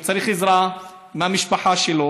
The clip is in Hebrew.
הוא צריך עזרה מהמשפחה שלו.